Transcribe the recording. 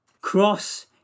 Cross